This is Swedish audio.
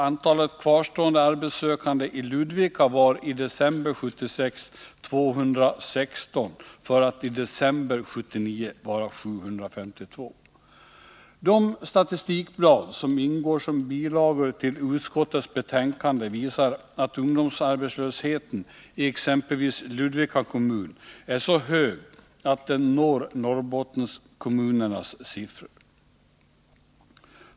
Antalet kvarstående arbetssökande i Ludvika var 216 i december 1976 och 752 i december 1979. De statistikblad som ingår som bilagor till utskottets betänkande visar att ungdomsarbetslösheten i exempelvis Ludvika kommun är så hög att den når Norrbottenskommunernas siffror.